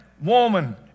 Woman